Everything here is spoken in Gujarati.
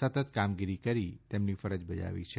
સતત કામગીરી કરી તેમની ફરજ બજાવી છે